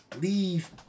leave